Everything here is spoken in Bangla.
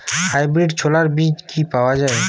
হাইব্রিড ছোলার বীজ কি পাওয়া য়ায়?